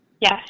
Yes